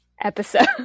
episode